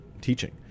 teaching